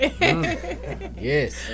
Yes